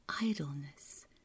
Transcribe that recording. idleness